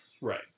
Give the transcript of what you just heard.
Right